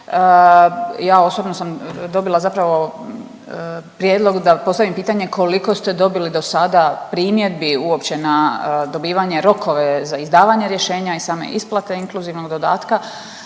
Ja osobno sam dobila zapravo prijedlog da postavim pitanje koliko ste dobili do sada primjedbi uopće na dobivanje rokove za izdavanje rješenja i same isplate inkluzivnog dodatka,